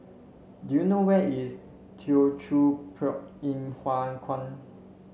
do you know where is Teochew Poit Ip Huay Kuan